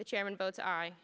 the chairman votes